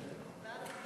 גברתי